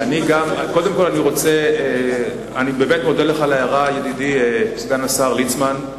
אני באמת מודה לך על ההערה, ידידי סגן השר ליצמן.